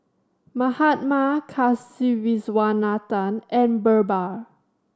Mahatma Kasiviswanathan and Birbal